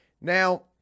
Now